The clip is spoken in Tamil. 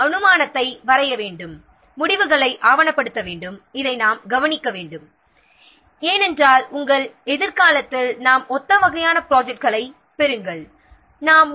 நாம் அனுமானத்தை வரைய வேண்டும் முடிவுகளை ஆவணப்படுத்த வேண்டும் இதை நாம் குறித்து வைக்க வேண்டும் ஏனென்றால் எதிர்காலத்தில் நாம் ஒத்த வகையான ப்ராஜெக்ட்களைப் பெற நேரிடும்